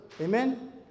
Amen